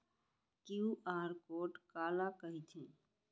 QR code काला कहिथे?